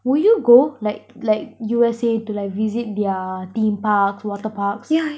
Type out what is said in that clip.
will you go like like U_S_A to like visit their theme parks water parks